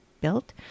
built